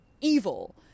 evil